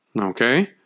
Okay